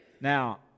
Now